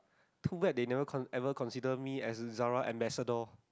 too bad they never con~ ever consider me as Zara ambassador